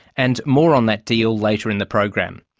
and more on that deal, later in the program.